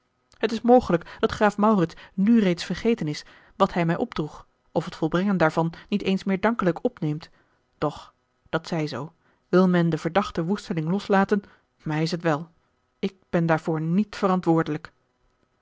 het is mogelijk dat graaf maurits nu reeds vergeten is wat hij mij opdroeg of het volbrengen daarvan niet eens meer dankelijk opneemt doch dat zij zoo wil men den verdacha l g bosboom-toussaint de delftsche wonderdokter eel loslaten mij is het wel ik ben daarvoor niet verantwoordelijk